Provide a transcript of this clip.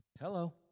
hello